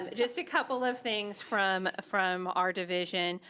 and just a couple of things from from our division.